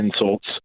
Insults